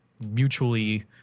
mutually